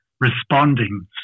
responding